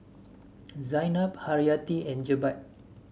Zaynab Haryati and Jebat